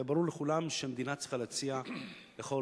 היה ברור לכולם שהמדינה צריכה להציע לכל